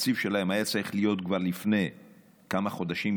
שהתקציב שלהם היה צריך להיות כבר לפני כמה חודשים,